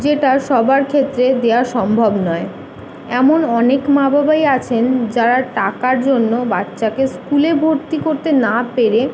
যেটা সবার ক্ষেত্রে দেওয়া সম্ভব নয় এমন অনেক মা বাবাই আছেন যারা টাকার জন্য বাচ্চাকে স্কুলে ভর্তি করতে না পেরে